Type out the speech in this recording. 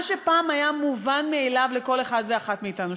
מה שפעם היה מובן מאליו לכל אחד ואחת מאתנו,